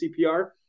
CPR